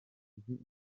hashize